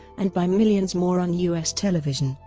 and by millions more on u s. television.